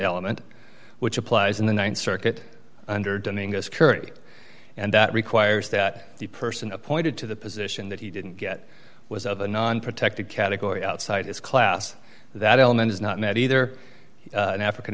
element which applies in the th circuit under domingo's curry and that requires that the person appointed to the position that he didn't get was of a non protected category outside his class that element is not met either an african